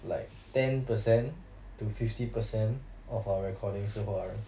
like ten percent to fifty percent of our recording so far right